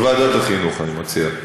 אז ועדת החינוך, אני מציע.